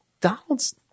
donald's